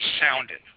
sounded